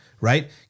right